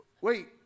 Wait